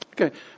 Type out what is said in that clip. Okay